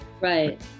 Right